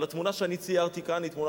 אבל התמונה שאני ציירתי כאן היא תמונה